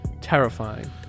Terrifying